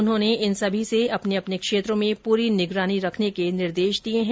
उन्होंने इन सभी से अपने अपने क्षेत्रों में पूरी निगरानी रखने के निर्देश दिए है